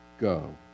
go